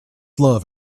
love